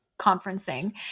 conferencing